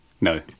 No